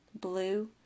blue